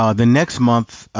ah the next month,